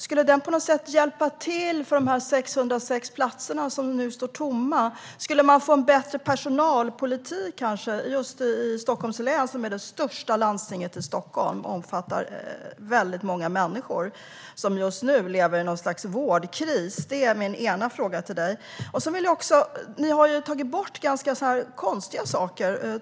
Skulle den på något sätt hjälpa till när det gäller de 606 platser som nu står tomma? Skulle man få en bättre personalpolitik i Stockholms läns landsting som är det största landstinget i Sverige och omfattar väldigt många människor som just nu lever i ett slags vårdkris? Ni har tagit bort och sagt nej till ganska konstiga saker.